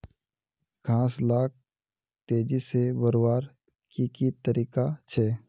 घास लाक तेजी से बढ़वार की की तरीका छे?